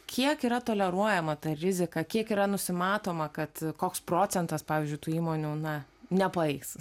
kiek yra toleruojama ta rizika kiek yra nusimatoma kad koks procentas pavyzdžiui tų įmonių na nepaeis